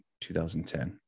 2010